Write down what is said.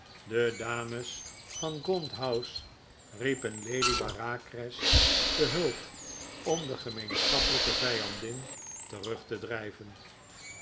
de dames van gaunt house riepen lady bareacres te hulp om de gemeenschappelijke vijandin terug te drijven